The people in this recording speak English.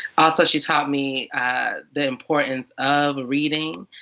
also, she taught me the importance of reading.